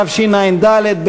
התשע"ד 2014,